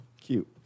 Cute